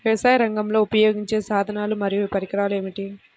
వ్యవసాయరంగంలో ఉపయోగించే సాధనాలు మరియు పరికరాలు ఏమిటీ?